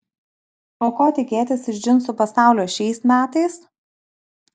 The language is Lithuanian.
o ko tikėtis iš džinsų pasaulio šiais metais